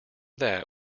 that